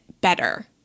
better